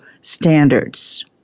standards